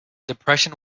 depression